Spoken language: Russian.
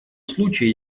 случае